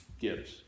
gives